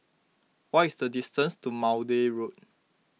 what is the distance to Maude Road